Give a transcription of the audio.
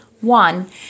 one